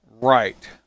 right